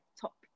top